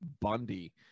Bundy